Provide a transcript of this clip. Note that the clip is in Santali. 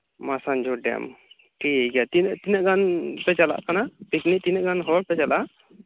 ᱢᱟᱥᱟᱱᱡᱷᱳᱲ ᱰᱮᱢ ᱴᱷᱤᱠ ᱜᱮᱭᱟ ᱛᱤᱱᱟᱹᱜ ᱛᱤᱱᱟᱹᱜ ᱜᱟᱱ ᱯᱮ ᱪᱟᱞᱟᱜ ᱠᱟᱱᱟ ᱯᱤᱠᱱᱤᱠ ᱛᱤᱱᱟᱹᱜ ᱜᱟᱱ ᱦᱚᱲ ᱯᱮ ᱪᱟᱞᱟᱜᱼᱟ